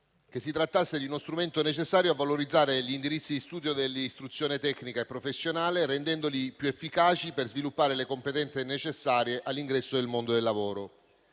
che si trattasse di uno strumento necessario a valorizzare gli indirizzi di studio dell'istruzione tecnica e professionale, rendendoli più efficaci per sviluppare le competenze necessarie all'ingresso nel mondo del lavoro.